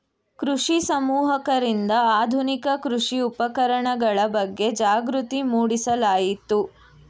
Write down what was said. ಕೃಷಿ ಸಮೂಹಕರಿಂದ ಆಧುನಿಕ ಕೃಷಿ ಉಪಕರಣಗಳ ಬಗ್ಗೆ ಜಾಗೃತಿ ಮೂಡಿಸಲಾಯಿತು